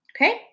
okay